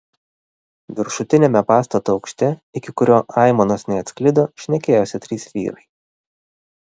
viršutiniame pastato aukšte iki kurio aimanos neatsklido šnekėjosi trys vyrai